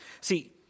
See